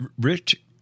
Rich